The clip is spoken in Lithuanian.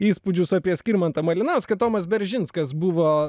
įspūdžius apie skirmantą malinauską tomas beržinskas buvo